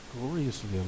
gloriously